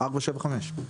4.75,